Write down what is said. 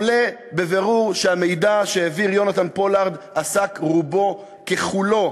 עולה בבירור שהמידע שהעביר יונתן פולארד עסק רובו ככולו